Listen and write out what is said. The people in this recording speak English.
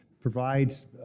provides